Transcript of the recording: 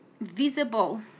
visible